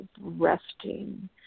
resting